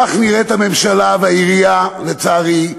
כך נראות הממשלה והעירייה, לצערי: